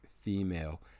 female